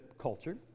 culture